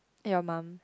your mum